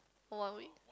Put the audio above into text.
or one week